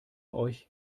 euch